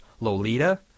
Lolita